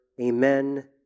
Amen